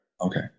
Okay